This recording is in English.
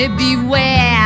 beware